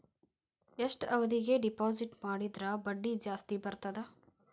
ಎಷ್ಟು ಅವಧಿಗೆ ಡಿಪಾಜಿಟ್ ಮಾಡಿದ್ರ ಬಡ್ಡಿ ಜಾಸ್ತಿ ಬರ್ತದ್ರಿ?